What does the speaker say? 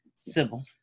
Sybil